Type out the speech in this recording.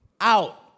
out